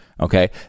okay